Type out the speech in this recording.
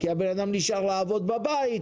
כי הבנאדם נשאר לעבוד בבית,